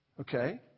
Okay